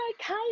okay